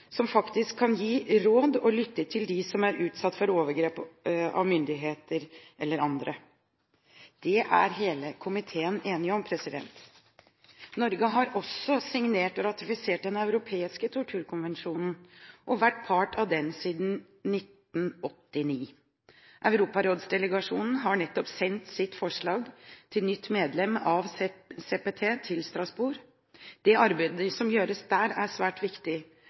som faktisk kan gi råd og lytte til dem som er utsatt for overgrep fra myndigheter eller andre. Det er hele komiteen enig om. Norge har også signert og ratifisert den europeiske torturkonvensjonen og vært part av den siden 1989. Europarådsdelegasjonen har nettopp sendt sitt forslag til nytt medlem av CPT til Strasbourg. Det arbeidet som gjøres der, er svært viktig,